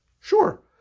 Sure